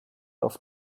auf